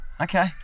Okay